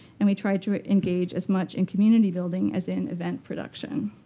and we tried to engage as much in community building, as in event production.